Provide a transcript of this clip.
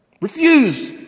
Refuse